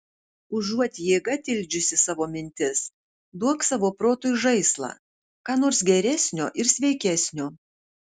užuot jėga tildžiusi savo mintis duok savo protui žaislą ką nors geresnio ir sveikesnio